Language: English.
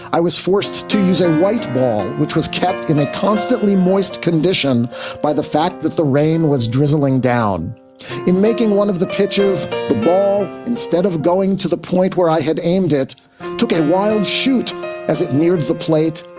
i was forced to use a white ball, which was kept in a constantly moist condition by the fact that the rain was drizzling down in making one of the pitches the ball instead of going to the point where i had aimed it took a wild shoot as it neared the plate,